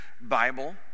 Bible